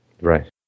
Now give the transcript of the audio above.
Right